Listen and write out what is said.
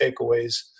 takeaways